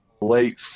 late